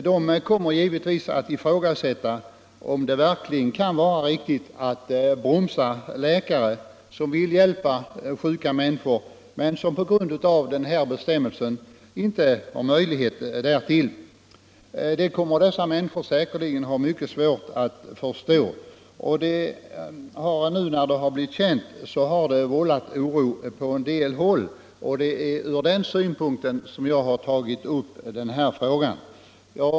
De ifrågasätter då givetvis om det verkligen kan vara riktigt att bromsa läkare som vill hjälpa sjuka människor men som på grund av den här bestämmelsen inte har möjlighet därtill. Detta kommer dessa människor säkerligen att ha svårt att förstå, och det har vållat oro på en del håll. Det är från den utgångspunkten som jag har tagit upp frågan.